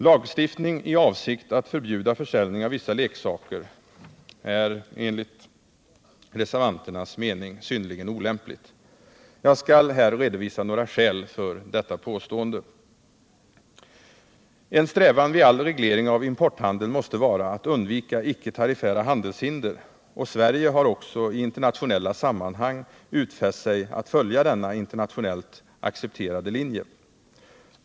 Lagstiftning i avsikt att förbjuda försäljning av vissa leksaker är enligt reservanternas mening synnerligen olämpligt. Jag skall redovisa några skäl för detta påstående. En strävan vid all reglering av importhandeln måste vara att undvika icke tariffära handelshinder, och Sverige har också i internationella sammanhang utfäst sig att följa denna internationellt accepterade linje.